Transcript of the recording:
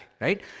right